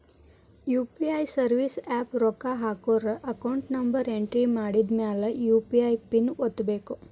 UPI service app ರೊಕ್ಕ ಹಾಕೋರ್ account number entry ಮಾಡಿದ್ಮ್ಯಾಲೆ ಯು.ಪಿ.ಐ ಪಿನ್ ಒತ್ತಬೇಕು